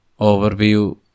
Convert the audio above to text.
overview